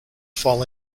fall